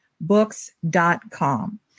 books.com